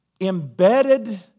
embedded